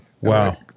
Wow